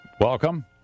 welcome